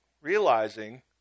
realizing